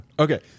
Okay